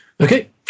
okay